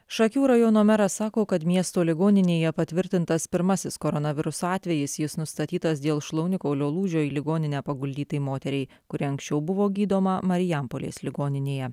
šakių rajono meras sako kad miesto ligoninėje patvirtintas pirmasis koronaviruso atvejis jis nustatytas dėl šlaunikaulio lūžio į ligoninę paguldytai moteriai kuri anksčiau buvo gydoma marijampolės ligoninėje